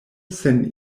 sen